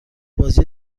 بازی